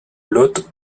lot